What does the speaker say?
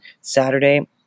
Saturday